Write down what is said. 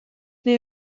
neu